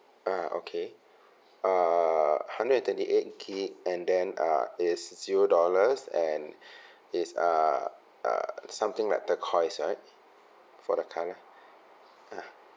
ah okay uh hundred and twenty eight gig and then uh it's zero dollars and is uh uh something like turquoise right for the colour a'ah